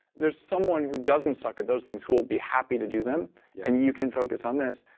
there's someone who doesn't suck at those things who will be happy to do them yeah and you can focus on this.